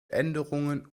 änderungen